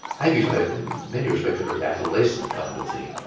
as you say, in many respects a very adolescent kind of thing.